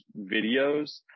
videos